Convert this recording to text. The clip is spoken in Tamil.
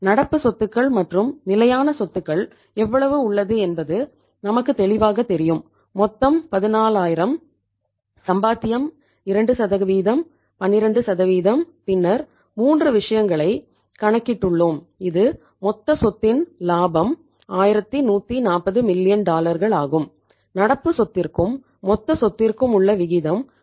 நடப்பு சொத்திற்கும் மொத்த சொத்திற்கும் உள்ள விகிதம் 38